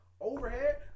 overhead